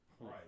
Right